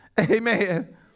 amen